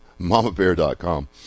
MamaBear.com